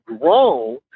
grown